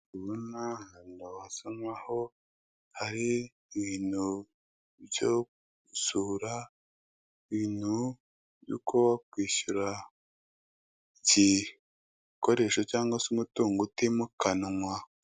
Ndi kubona hano hasa nk'aho hari ibintu byo gusura, ibintu by'uko kwishyura igikoresho cyangwa se umutungo utimukanwa.